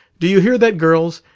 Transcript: do you hear that, girls?